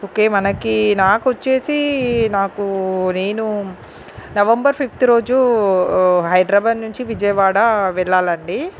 okay మనకి నాకు వచ్చేసి నాకు నేను నవంబర్ ఫిఫ్త్ రోజు హైదరాబాద్ నుంచి విజయవాడ వెళ్లాలండి